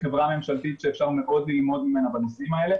כחברה ממשלתית שאפשר מאוד ללמוד ממנה בנושאים האלה,